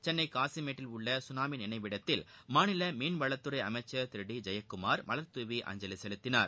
சென்னை காசிமேட்டில் உள்ள கனாமி நினைவிடத்தில் மாநில மீன்வளத்துறை அமைச்ன் திரு டி ஜெயக்குமார் மலர்தூவி அஞ்சலி செலுத்தினார்